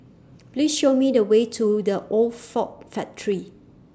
Please Show Me The Way to The Old Ford Factory